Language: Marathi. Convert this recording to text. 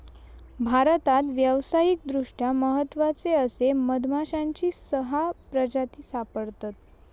भारतात व्यावसायिकदृष्ट्या महत्त्वाचे असे मधमाश्यांची सहा प्रजाती सापडतत